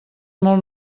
molt